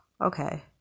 okay